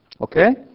Okay